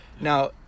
Now